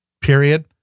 period